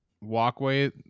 walkway